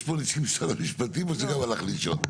יש פה נציג של משרד המשפטים או שגם הלך לישון?